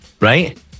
Right